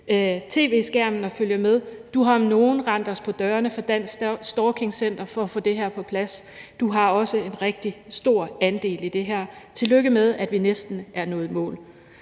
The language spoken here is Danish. tv-skærmen og følger med. De har om nogen fra Dansk Stalking Center rendt os på dørene for at få det her på plads – du har også en rigtig stor andel i det her. Tillykke med, at vi næsten er nået i mål.